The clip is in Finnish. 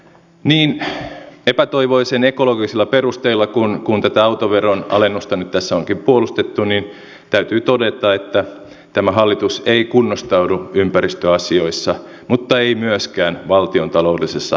niin epätoivoisen ekologisilla perusteilla kuin tätä autoveron alennusta nyt tässä onkin puolustettu täytyy todeta että tämä hallitus ei kunnostaudu ympäristöasioissa mutta ei myöskään valtiontaloudellisessa järkevyydessä